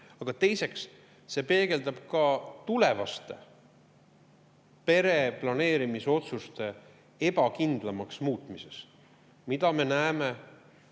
Aga teiseks, see peegeldub ka tulevaste pereplaneerimisotsuste ebakindlamaks muutumises, mida me näeme